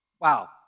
Wow